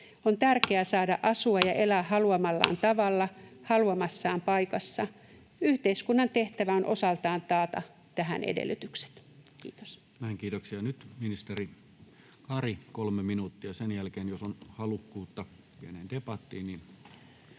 On tärkeää saada asua ja elää haluamallaan tavalla, haluamassaan paikassa. Yhteiskunnan tehtävä on osaltaan taata tähän edellytykset. — Kiitos. Näin, kiitoksia. — Nyt ministeri Karille kolme minuuttia. Sen jälkeen, jos on halukkuutta pieneen debattiin, niin